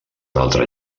altre